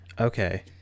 Okay